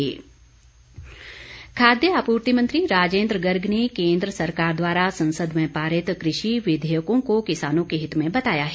राजेंद्र गर्ग खाद्य आपूर्ति मंत्री राजेंद्र गर्ग ने केंद्र सरकार द्वारा संसद में पारित कृषि विधेयकों को किसानों के हित में बताया है